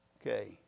Okay